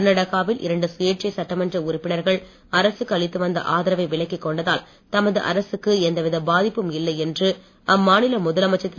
கர்நாடகாவில் இரண்டு சுயேட்சை சட்டமன்ற உறுப்பினர்கள் அரசுக்கு அளித்து வந்த ஆதரவை விலக்கி கொண்டதால் தமது அரசுக்கு எந்த வித பாதிப்பும் இல்லை என்று அம்மாநில முதலமைச்சர் திரு